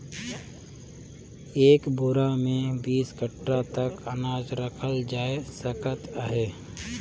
एक बोरा मे बीस काठा तक अनाज रखल जाए सकत अहे